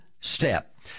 step